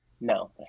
no